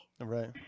right